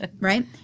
right